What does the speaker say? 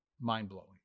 mind-blowing